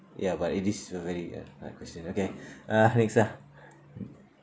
ya but it is a very uh hard question okay uh next ah